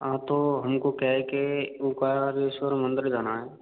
हाँ तो हमको क्या है के ओंकारेश्वर मंदिर जाना है